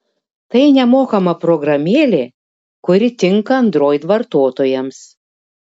tai nemokama programėlė kuri tinka android vartotojams